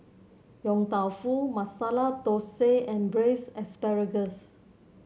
Yong Tau Foo Masala Thosai and Braised Asparagus